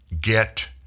Get